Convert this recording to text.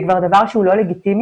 זה כבר דבר שהוא לא לגיטימי